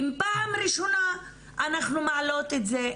אם פעם ראשונה אנחנו מעלות את זה,